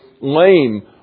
lame